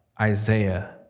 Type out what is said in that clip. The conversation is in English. Isaiah